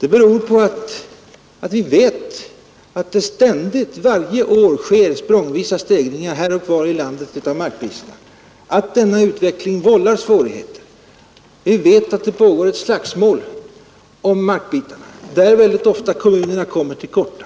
därför att vi vet att det ständigt, varje år, sker språngvisa stegringar av markpriserna här och var i landet och att detta vållar svårigheter. Vi vet att det pågår ett slagsmål om markbitarna där väldigt ofta kommunerna kommer till korta.